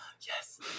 Yes